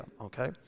okay